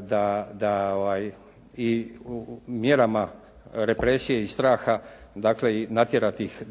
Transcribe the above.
da, mjerama represije i straha, dakle i natjerati ih